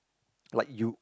like you